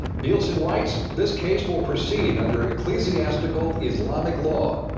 nielsen writes, this case will proceed under ecclesiastical islamic law.